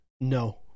No